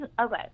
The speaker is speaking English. okay